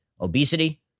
obesity